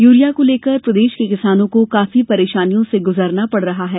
urea को लेकर प्रदेश के किसानों को काफी परेशानियों से गुजरना पड़ रहा है